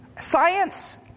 science